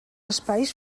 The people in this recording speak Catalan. espais